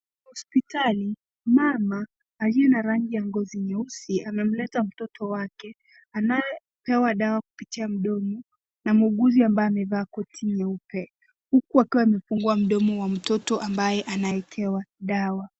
Hospitali, mama aliye na rangi ya ngozi nyeusi, amemleta mtoto wake, anayepewa dawa kupitia mdomo, na muuguzi ambaye amevaa koti nyeupe, huku akiwa amefungua mdomo wa mtoto ambaye anaekewa dawa.